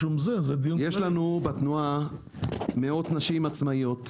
לגבי סעיף 57 - יש לנו בתנועה מאות נשים עצמאיות,